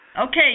Okay